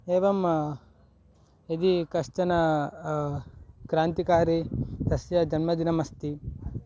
एवं यदि कश्चन क्रान्तिकारी तस्य जन्मदिनम् अस्ति